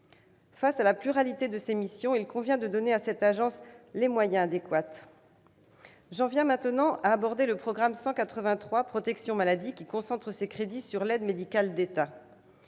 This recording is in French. Face à la pluralité de ses missions, il convient de donner à cette agence les moyens adéquats. J'en viens maintenant au programme 183, « Protection maladie », qui concentre ses crédits sur l'aide médicale de l'État,